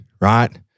right